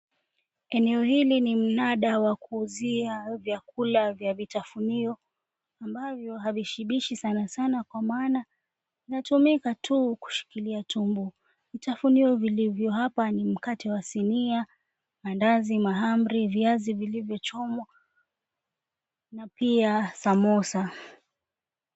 Eneo hili ni mnada wa kuuzia vyakula vya vitafunio ambavyo ℎ𝑎𝑣𝑖𝑠ℎ𝑖𝑏𝑖𝑠ℎ𝑖 sana sana, kwa maana vinatumika tu kushikilia tumbo. Vitafunio vilivyo hapa ni mkate wa sinia, maandazi, mahamri, viazi vilivyochomwa na pia samosa.